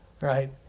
Right